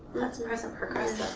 that's the present progressive.